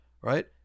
right